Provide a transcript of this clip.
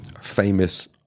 famous